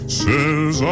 says